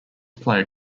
player